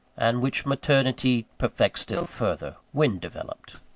and which maternity perfects still further, when developed.